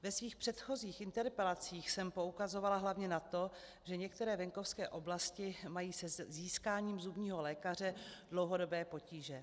Ve svých předchozích interpelacích jsem poukazovala hlavně na to, že některé venkovské oblasti mají se získáním zubního lékaře dlouhodobé potíže.